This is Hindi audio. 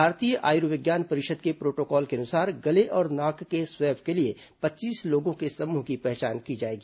भारतीय आयुर्विज्ञान परिषद के प्रोटोकॉल के अनुसार गले और नाक के स्वैब के लिए पच्चीस लोगों के समूह की पहचान की जाएगी